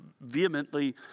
vehemently